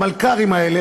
את המלכ"רים האלה,